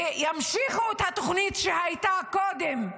וימשיכו את התוכנית שהייתה קודם,